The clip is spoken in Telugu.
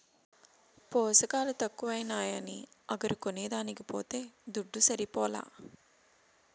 పోసకాలు తక్కువైనాయని అగరు కొనేదానికి పోతే దుడ్డు సరిపోలా